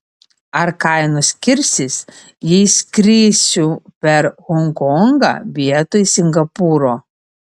ar kainos skirsis jei skrisiu per honkongą vietoj singapūro